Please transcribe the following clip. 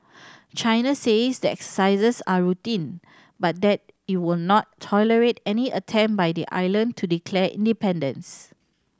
China says the exercises are routine but that it will not tolerate any attempt by the island to declare independence